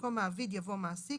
במקום "מעביד" יבוא "מעסיק",